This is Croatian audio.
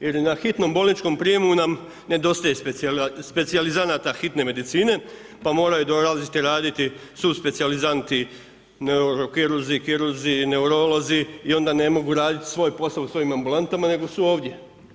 jer i na hitnom bolničkom prijemu nam nedostaje specijalizanata hitne medicine, pa moraju dolaziti raditi suspecijalizanti neurokirurzi, kirurzi, neurolozi i onda ne mogu raditi svoj posao u svojim ambulantama nego su ovdje.